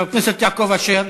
חבר הכנסת יעקב אשר.